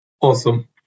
Awesome